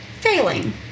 failing